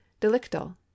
delictal